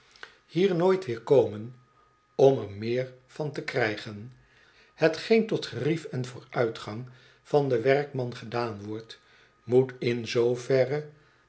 hier nooit weer komen om er meer van te krijgen hetgeen tot gerief en vooruitgang van den werkman gedaan wordt moet in zooverre